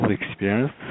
experience